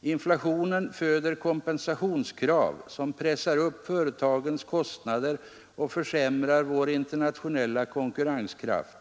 Inflationen föder kompensationskrav som pressar upp företagens kostnader och försämrar vår internationella konkurrenskraft.